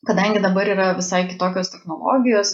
kadangi dabar yra visai kitokios technologijos